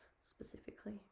specifically